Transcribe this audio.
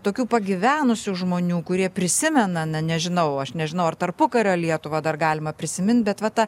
tokių pagyvenusių žmonių kurie prisimena na nežinau aš nežinau ar tarpukario lietuvą dar galima prisimint bet va tą